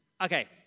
okay